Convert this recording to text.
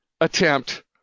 attempt